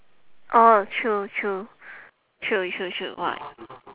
oh true true true true true !wah!